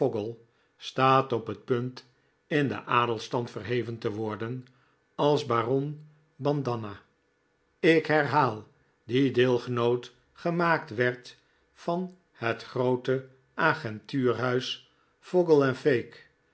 staat op het punt in den adelstand verheven te worden als baron bandanna ik herhaal die deelgenoot gemaakt werd van het groote agentuurshuis fogle en